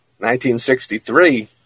1963